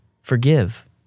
forgive